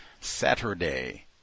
Saturday